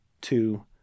two